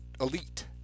elite